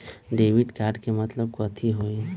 Debit card के मतलब कथी होई?